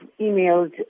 emailed